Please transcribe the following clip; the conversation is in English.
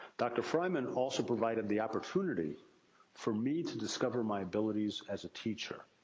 dr. frymann also provided the opportunity for me to discover my abilities as a teacher.